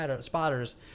spotters